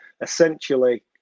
essentially